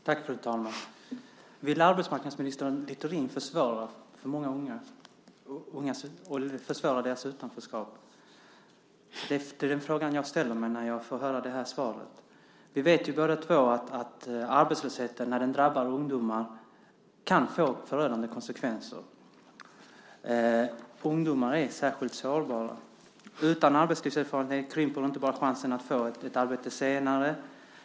Fru talman! Vill arbetsmarknadsminister Littorin försvåra för många unga och försvåra deras utanförskap? Det är en fråga jag ställer mig när jag får höra svaret. Vi vet båda två att arbetslösheten, när den drabbar ungdomar, kan få förödande konsekvenser. Ungdomar är särskilt sårbara. Utan arbetslivserfarenhet krymper inte bara chansen att få ett arbete senare.